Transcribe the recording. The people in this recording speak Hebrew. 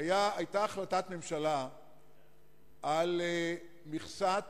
היתה החלטת ממשלה על מכסת